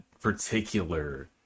particular